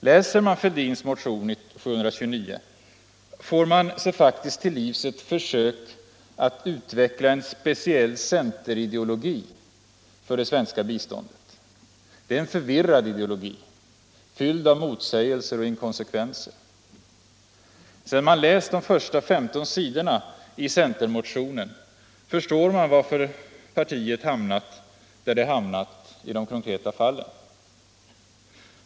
Läser man herr Fälldins motion 729, så får man sig faktiskt till livs ett försök att utveckla en speciell centerideologi för det svenska biståndet. Det är en förvirrad ideologi, fylld av motsägelser och inkonsekvenser. Sedan man läst de första 15 sidorna i centermotionen förstår man varför partiet har hamnat där det har hamnat i de konkreta fallen.